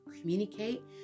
communicate